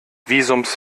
visums